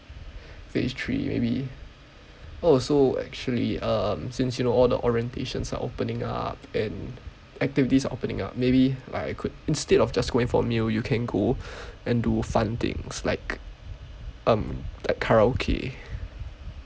phase three maybe oh so actually mm since you know all the orientations are opening up and activities are opening up maybe I could instead of just going for a meal you can go and do fun things um like karaoke